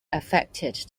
affected